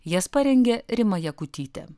jas parengė rima jakutytė